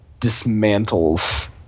dismantles